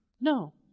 No